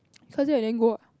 cause and then go ah